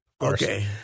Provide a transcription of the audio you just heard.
Okay